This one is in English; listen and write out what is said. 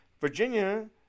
Virginia